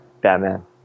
Batman